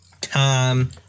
time